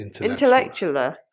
intellectual